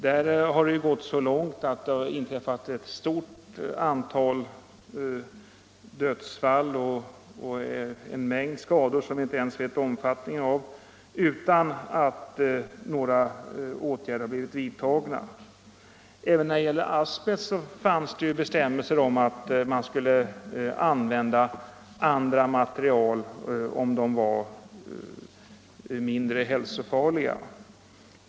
Där har det gått så långt att det inträffat ett stort antal dödsfall och en mängd skador som vi inte ens vet omfattningen av, utan att några åtgärder vidtagits. Även när det gällde asbest fanns bestämmelser om att andra material skulle användas om de var mindre hälsofarliga.